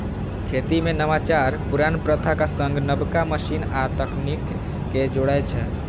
खेती मे नवाचार पुरान प्रथाक संग नबका मशीन आ तकनीक कें जोड़ै छै